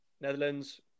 Netherlands